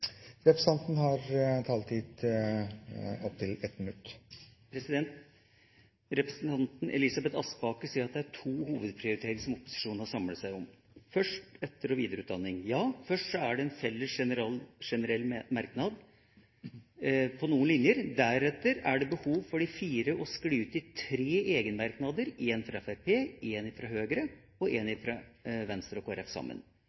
Representanten Elisabeth Aspaker sier at det er to hovedprioriteringer som opposisjonen har samlet seg om. For det første – etter- og videreutdanning: Ja, først er det en felles generell merknad på noen linjer. Deretter er det behov for de fire å skli ut i tre egenmerknader, én fra Fremskrittspartiet, én fra Høyre og én fra Venstre og Kristelig Folkeparti sammen. En begynner veldig samlet, og